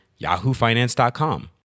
yahoofinance.com